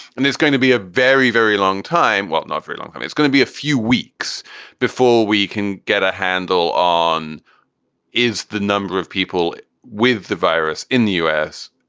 and there's going to be a very, very long time. well, not very long. it's going to be a few weeks before we can get a handle on is the number of people with the virus in the u s.